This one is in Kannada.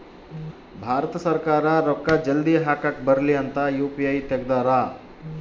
ಭಾರತ ಸರ್ಕಾರ ರೂಕ್ಕ ಜಲ್ದೀ ಹಾಕಕ್ ಬರಲಿ ಅಂತ ಯು.ಪಿ.ಐ ತೆಗ್ದಾರ